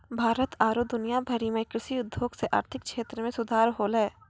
भारत आरु दुनिया भरि मे कृषि उद्योग से आर्थिक क्षेत्र मे सुधार होलै